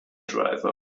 driver